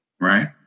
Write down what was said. right